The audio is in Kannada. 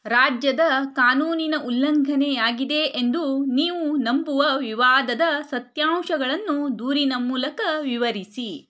ರಾಜ್ಯದ ಕಾನೂನಿನ ಉಲ್ಲಂಘನೆ ಆಗಿದೆ ಎಂದು ನೀವು ನಂಬುವ ವಿವಾದದ ಸತ್ಯಾಂಶಗಳನ್ನು ದೂರಿನ ಮೂಲಕ ವಿವರಿಸಿ